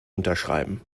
unterschreiben